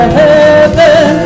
heaven